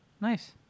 nice